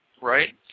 Right